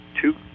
two